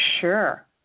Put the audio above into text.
sure